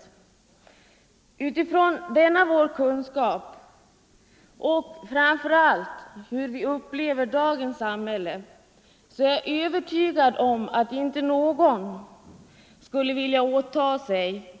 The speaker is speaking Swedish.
Och utifrån denna vår kunskap och framför allt från hur vi upplever dagens samhälle skulle väl ingen vilja åta sig